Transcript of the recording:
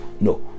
no